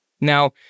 Now